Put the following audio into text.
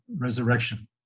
Resurrection